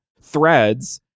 threads